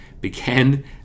began